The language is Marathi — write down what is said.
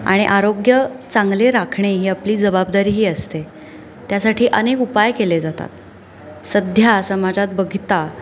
आणि आरोग्य चांगले राखणे ही आपली जबाबदारी ही असते त्यासाठी अनेक उपाय केले जातात सध्या समाजात बघता